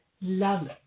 love